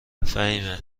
فهیمه